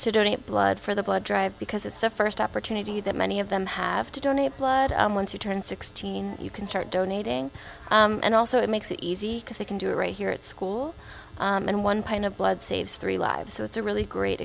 to donate blood for the blood drive because it's the first opportunity that many of them have to donate blood and once you turn sixteen you can start donating and also it makes it easy because they can do it right here at school and one kind of blood saves three lives so it's a really great